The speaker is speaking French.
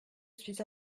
suis